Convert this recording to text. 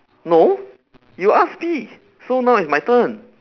no you ask me so now it's my turn